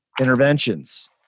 interventions